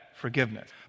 forgiveness